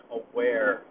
aware